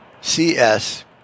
CS